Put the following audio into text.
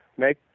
make